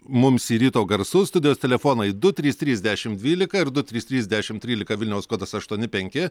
mums į ryto garsus studijos telefonai du trys trys dešim dvylika ir du trys trys dešim trylika vilniaus kodas aštuoni penki